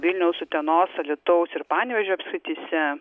vilniaus utenos alytaus ir panevėžio apskrityse